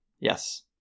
Yes